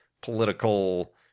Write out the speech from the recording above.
political